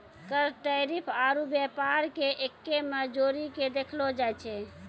कर टैरिफ आरू व्यापार के एक्कै मे जोड़ीके देखलो जाए छै